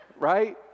right